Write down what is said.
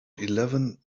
eleven